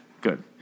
Good